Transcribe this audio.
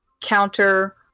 counter